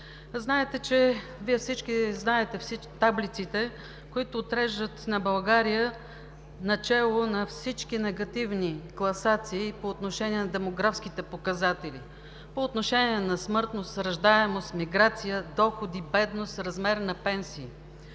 на България. Всички знаете таблиците, които отреждат България начело на всички негативни класации по отношение на демографските показатели, по отношение на смъртност, раждаемост, миграция, доходи, бедност, размер на пенсии